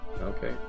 Okay